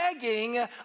begging